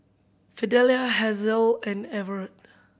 Fidelia Hazel and Everet